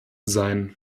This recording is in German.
sein